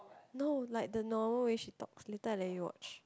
no like the normal way she talks later I let you watch